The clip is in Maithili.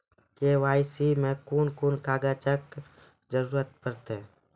के.वाई.सी मे कून कून कागजक जरूरत परतै?